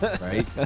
Right